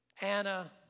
Anna